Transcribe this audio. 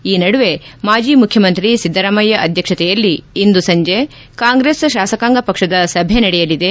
ಈ ನಡುವೆ ಮಾಜಿ ಮುಖ್ಯಮಂತ್ರಿ ಸಿದ್ದರಾಮಯ್ಯ ಅಧ್ಯಕ್ಷತೆಯಲ್ಲಿ ಇಂದು ಸಂಜೆ ಕಾಂಗ್ರೆಸ್ ಶಾಸಕಾಂಗ ಪಕ್ಷದ ಸಭೆ ನಡೆಯಲಿದೆ